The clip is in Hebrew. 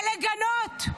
ולגנות.